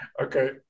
Okay